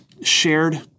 shared